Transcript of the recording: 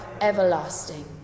EVERLASTING